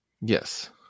Yes